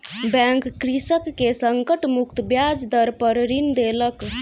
bank कृषक के संकट मुक्त ब्याज दर पर ऋण देलक